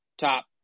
top